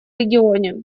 регионе